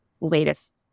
latest